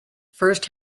first